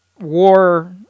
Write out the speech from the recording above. war